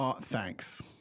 thanks